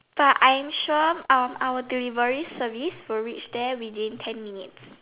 but I'm sure our delivery service will reach there within ten minutes